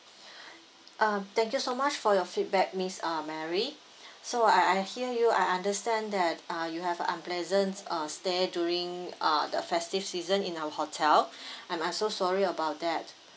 ah thank you so much for your feedback miss uh mary so I I hear you I understand that uh you have a unpleasant uh stay during uh the festive season in our hotel and I'm so sorry about that